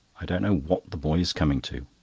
i don't know what the boy is coming to.